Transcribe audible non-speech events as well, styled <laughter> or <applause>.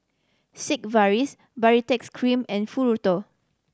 Sigvaris Baritex Cream and <unintelligible>